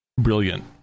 Brilliant